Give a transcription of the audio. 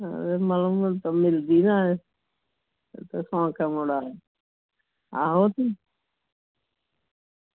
हां म'लम मिलदी ना उत्थै स्वांखा मोड़ आहो